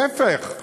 להפך.